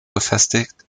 befestigt